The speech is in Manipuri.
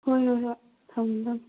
ꯍꯣꯏ ꯍꯣꯏ ꯍꯣꯏ ꯊꯝꯃꯨ ꯊꯝꯃꯨ